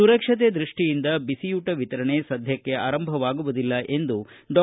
ಸುರಕ್ಷತೆ ದೃಷ್ಟಿಯಿಂದ ಬಿಸಿಯೂಟ ವಿತರಣೆ ಸದ್ಯಕ್ಕೆ ಆರಂಭವಾಗುವುದಿಲ್ಲ ಎಂದು ಡಾ